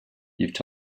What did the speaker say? and